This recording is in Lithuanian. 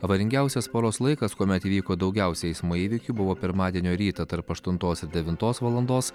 avaringiausias paros laikas kuomet įvyko daugiausia eismo įvykių buvo pirmadienio rytą tarp aštuntos ir devintos valandos